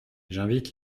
j’invite